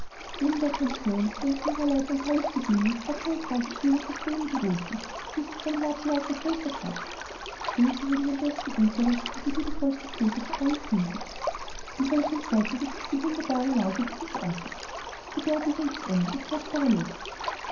neben der pension die unter ihrer leitung herrlich gediehen ist hat sie eine tagesschule in das leben gerufen die sich von jahr zu jahr vergrößert hat ilse würde den besten unterricht und die liebevollste pflege vereint finden und welch ein vorzug ist nicht die wunderbare lage dieses ortes die berge ringsum die kostbare luft